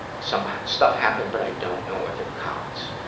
some stuff happened, but i don't know if it counts.